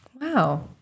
Wow